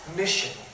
mission